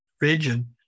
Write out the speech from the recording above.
region